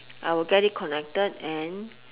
I will get it connected and